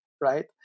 right